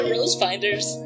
Rosefinders